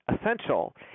essential